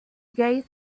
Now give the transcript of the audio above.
gay